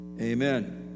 Amen